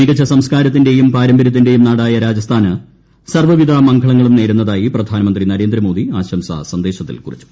മികച്ച സംസ്കാരത്തിന്റെയും പാരമ്പരൃത്തിന്റെയും നാടായ രാജസ്ഥാന് സർവ്വവിധ മംഗളങ്ങളും നേരുന്നതായി പ്രധാനമന്ത്രി നരേന്ദ്രമോദി ആശംസാ സന്ദേശത്തിൽ കുറിച്ചു